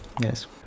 yes